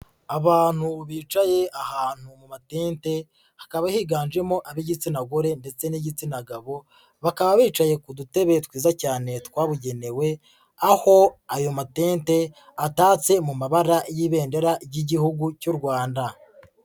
Abantu bicaye ahantu mu matente hakaba higanjemo ab'igitsina gore ndetse n'igitsina gabo, bakaba bicaye ku dutebe twiza cyane twabugenewe, aho ayo matente atatse mu mabara y'ibendera ry'Igihugu cy'u Rwanda.